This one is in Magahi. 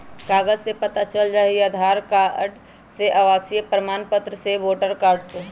कागज से पता चल जाहई, आधार कार्ड से, आवासीय प्रमाण पत्र से, वोटर कार्ड से?